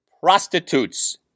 prostitutes